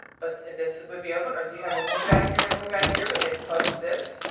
but this would be open. or you have a wound vac here and a wound vac here but they've closed this.